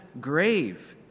grave